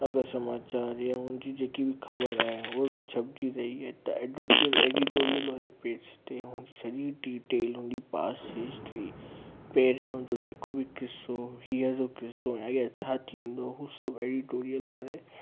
अगरि समाचार यां उन जी जेकी बि ख़बर आहे हू अगरि छपिजी रही अ त एडोटीरियल एडोटीरिअल वारे पेज ते हुन जी सॼी डीटेल हुन जी पास हिस्ट्री पहिरियों जेको बि क़िसो हींअर जो क़िसो आहे यां छा थींदो हू सभु एडीटोरिअल वारे